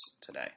today